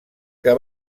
que